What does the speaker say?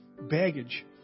baggage